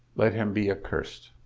let him be accursed.